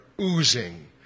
oozing